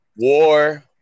War